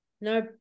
No